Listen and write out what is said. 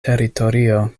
teritorio